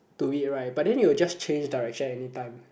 to it right but then it will just change direction anytime